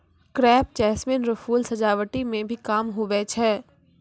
crepe jasmine रो फूल सजावटी मे भी काम हुवै छै